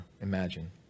imagine